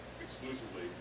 exclusively